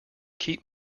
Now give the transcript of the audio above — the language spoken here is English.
keep